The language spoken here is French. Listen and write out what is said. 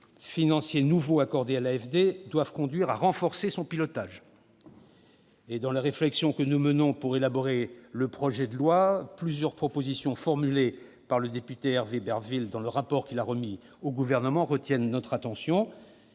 financiers accordés à l'AFD doivent conduire à renforcer son pilotage. Dans la réflexion que nous menons pour élaborer le projet de loi, plusieurs propositions formulées par le député Hervé Berville dans le rapport qu'il nous a remis ont retenu notre attention.